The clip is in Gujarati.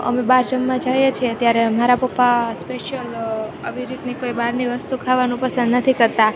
અમે બાર જમવા જાઈએ છીએ ત્યારે મારા પપ્પા સ્પેસિયલ આવી રીતની કોઈ બહારની વસ્તુ ખાવાનું પસંદ નથી કરતાં